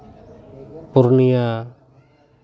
Purulia